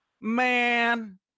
man